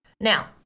Now